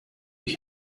ich